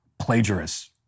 Plagiarists